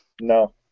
No